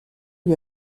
lui